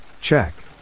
check